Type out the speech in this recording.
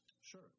Sure